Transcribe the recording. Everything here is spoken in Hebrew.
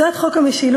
הצעת חוק המשילות